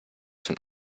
schon